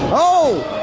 oh!